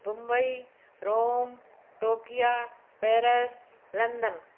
Bombay Rome Tokyo Paris London